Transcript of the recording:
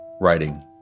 writing